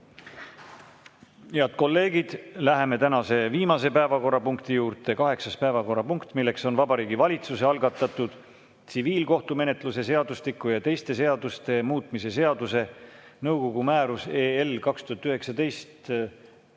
Head kolleegid! Läheme tänase viimase päevakorrapunkti juurde. Kaheksas päevakorrapunkt: Vabariigi Valitsuse algatatud tsiviilkohtumenetluse seadustiku ja teiste seaduste muutmise seaduse (Nõukogu määruse (EL)